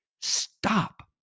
stop